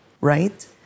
right